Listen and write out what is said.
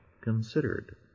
considered